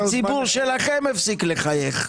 הציבור שלכם הפסיק לחייך.